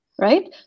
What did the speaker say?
right